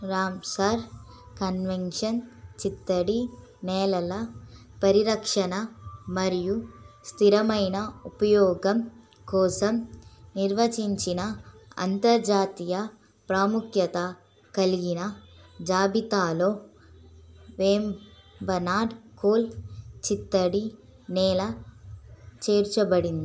Ramsar convention చిత్తడి నేలల పరిరక్షణ మరియు స్థిరమైన ఉపయోగం కోసం నిర్వచించిన అంతర్జాతీయ ప్రాముఖ్యత కలిగిన జాబితాలో వేంబనాడ్ కోల్ చిత్తడి నేల చేర్చబడింది